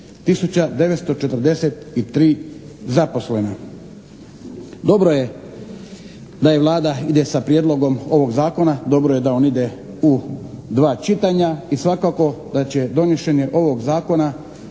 943 zaposlena. Dobro je da Vlada ide sa prijedlogom ovog zakona, dobro je da on ide u dva čitanja i svakako da će donošenje ovog zakona